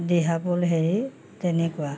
দিহাপুল হেৰি তেনেকুৱা